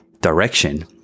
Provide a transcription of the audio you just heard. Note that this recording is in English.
direction